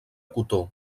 cotó